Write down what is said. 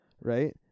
right